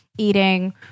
eating